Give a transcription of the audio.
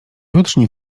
jutrzni